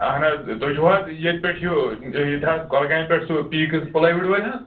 اہن حظ تُہۍ چھو حظ ییٚتہِ پٮ۪ٹھ یہِ ییٚتہِ حظ کۄلگامہِ پٮ۪ٹھ سُہ پییکٕس پلے وُڈ وٲلۍ حظ